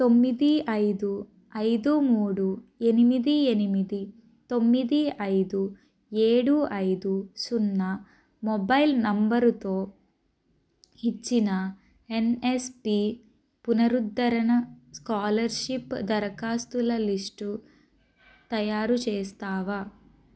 తొమ్మిది ఐదు ఐదు మూడు ఎనిమిది ఎనిమిది తొమ్మిది ఐదు ఏడు ఐదు సున్న మొబైల్ నంబరుతో ఇచ్చిన యన్ఎస్పి పునరుద్ధరణ స్కాలర్షిప్ దరఖాస్తుల లిస్టు తయారు చేస్తావా